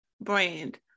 brand